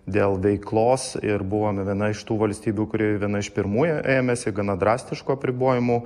dėl veiklos ir buvome viena iš tų valstybių kuri viena iš pirmųjų ėmėsi gana drastiško apribojimų